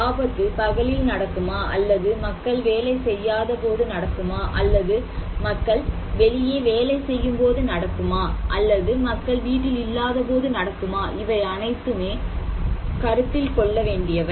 ஆபத்து பகலில் நடக்குமா அல்லது மக்கள் வேலை செய்யாதபோது நடக்குமா அல்லது மக்கள் வெளியே வேலை செய்யும்போது நடக்குமா அல்லது மக்கள் வீட்டில் இல்லாதபோது நடக்குமா இவை அனைத்துமே கருத்தில் கொள்ள வேண்டியவை